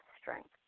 strength